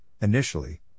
initially